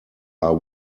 are